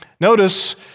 notice